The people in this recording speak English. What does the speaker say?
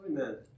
Amen